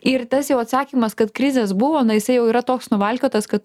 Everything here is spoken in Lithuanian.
ir tas jau atsakymas kad krizės buvo na jisai jau yra toks nuvalkiotas kad